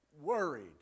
worried